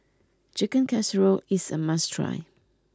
Chicken Casserole is a must try